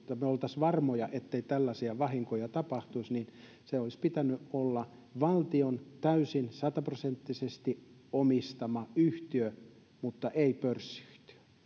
me olisimme varmoja ettei tällaisia vahinkoja tapahtuisi niin sen olisi pitänyt olla valtion täysin sataprosenttisesti omistama yhtiö mutta ei pörssiyhtiö